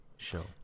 show